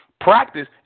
Practice